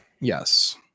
Yes